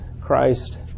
Christ